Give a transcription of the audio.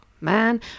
Man